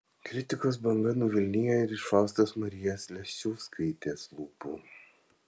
kritikos banga nuvilnijo ir iš faustos marijos leščiauskaitės lūpų